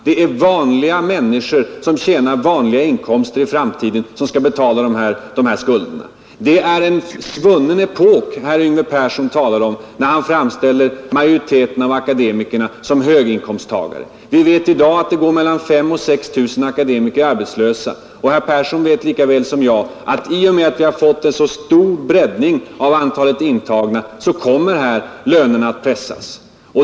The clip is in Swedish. Det är vanliga människor, som tjänar vanliga inkomster i framtiden, som skall betala de här skulderna. Det är en svunnen epok som herr Yngve Persson talar om när han framställer majoriteten av akademikerna som höginkomsttagare. Vi vet att det i dag går mellan 5 000 och 6 000 akademiker arbetslösa. Och herr Persson vet lika väl som jag att i och med att vi har fått en så stor breddning av antalet intagna så kommer lönerna för akademiker att pressas.